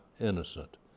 innocent